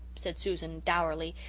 said susan dourly,